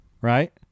right